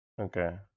Okay